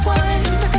one